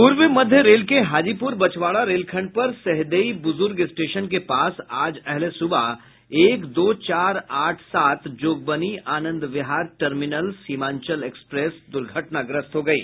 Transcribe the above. पूर्व मध्य रेल के हाजीपुर बछवारा रेलखंड पर सहदेई बुजुर्ग स्टेशन के पास आज अहले सुबह एक दो चार आठ सात जोगबनी आनंद विहार टर्मिनल सीमांचल एक्सप्रेस दुर्घटनाग्रस्त हो गयी